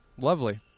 Lovely